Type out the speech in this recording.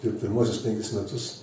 ir pirmuosius penkis metus